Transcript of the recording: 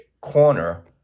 corner